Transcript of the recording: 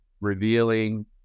revealing